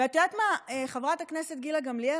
ואת יודעת מה, חברת הכנסת גילה גמליאל?